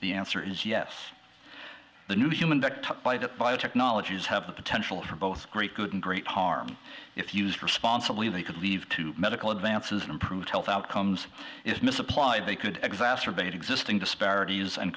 the answer is yes the new human body that biotechnology is have the potential for both great good and great harm if used responsibly they could lead to medical advances and improve health outcomes is misapplied they could exacerbate existing disparities and